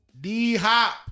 D-hop